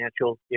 financial